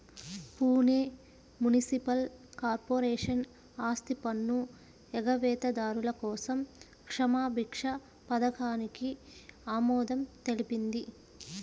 Pune municipal corporation ఆస్తిపన్ను ఎగవేతదారుల కోసం క్షమాభిక్ష పథకానికి ఆమోదం తెలిపింది